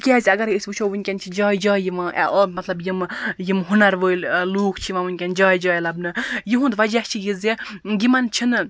کیٛازِ اَگَر اے أسۍ وُچھو وُنکیٚن چھِ جایہِ جایہِ یِوان مطلب یِمہٕ یِمہٕ ہُنَر وٲلۍ لوٗکھ چھِ یِوان جایہِ جایہِ لَبنہٕ یہُنٛد وَجہ چھُ یہِ زِ یِمَن چھِ نہٕ